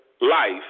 life